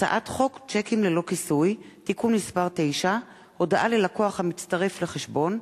הצעת חוק שיקים ללא כיסוי (תיקון מס' 9) (הודעה ללקוח המצטרף לחשבון),